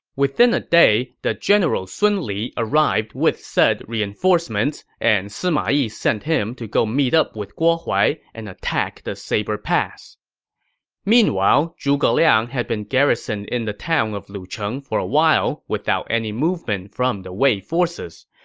within a day, the general sun li arrived with said reinforcements, and sima yi sent him to go meet up with guo huai and attack the saber pass meanwhile, zhuge liang had been garrisoned in the town of lucheng for a while without any movement from the wei forces.